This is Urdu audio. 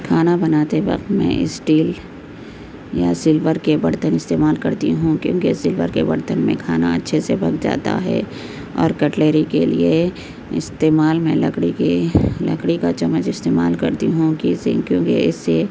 کھانا بناتے وقت میں اسٹیل یا سلور کے برتن استعمال کرتی ہوں کیوںکہ سلور کے برتن میں کھانا اچھے سے بن جاتا ہے اور کٹلیری کے لیے استعمال میں لکڑی کے لکڑی کا چمچ استعمال کرتی ہوں کی سے کیوںکہ اس سے